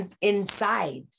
inside